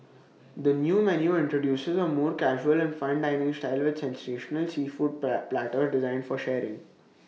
the new menu introduces A more casual and fun dining style with sensational seafood platters designed for sharing